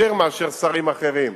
יותר מאשר שרים אחרים,